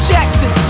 Jackson